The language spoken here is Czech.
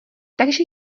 takže